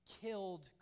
killed